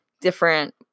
different